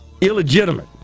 illegitimate